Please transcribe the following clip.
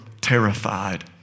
terrified